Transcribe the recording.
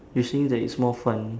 you're saying that it's more fun